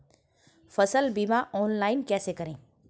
फसल बीमा ऑनलाइन कैसे करें?